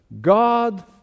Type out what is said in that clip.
God